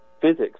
physics